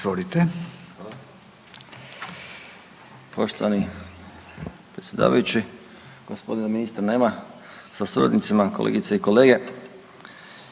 dvorište.